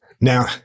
Now